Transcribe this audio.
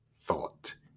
Thought